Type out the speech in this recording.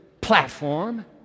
platform